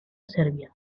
serbia